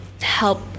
help